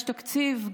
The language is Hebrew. יש תקציב.